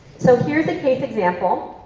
so here's a case example.